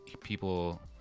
people